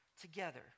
together